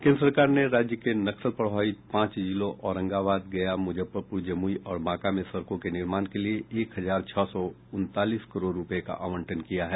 केंद्र सरकार ने राज्य के नक्सल प्रभावित पांच जिलों औरंगाबाद गया मुजफ्फरपुर जमुई और बांका में सड़कों के निर्माण के लिए एक हजार छह सौ उनतालीस करोड़ रूपये का आवंटन किया है